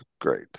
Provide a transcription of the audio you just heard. great